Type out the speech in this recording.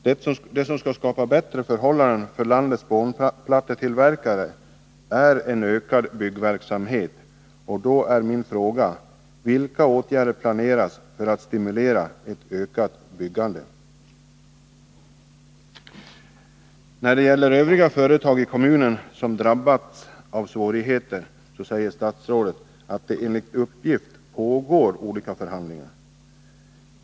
Det som skall skapa bättre förhållanden för landets spånplattetillverkare är ökad byggverksamhet, och då är min fråga: Vilka åtgärder planeras för att stimulera till ett ökat byggande? När det gäller övriga företag i kommunen som drabbats av svårigheter säger statsrådet att det enligt uppgift pågår olika förhandlingar.